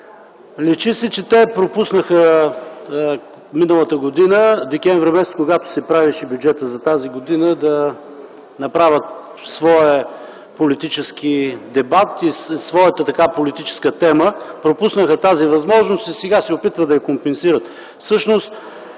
Личи си, че те пропуснаха миналата година м. декември, когато се правеше бюджетът за тази година, да направят своя политически дебат и политическа тема, пропуснаха тази възможност, а сега се опитват да я компенсират.